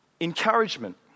encouragement